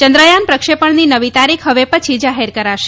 ચંદ્રથાન પ્રક્ષેપણની નવી તારીખ હવે પછી જાહેર કરાશે